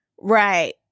Right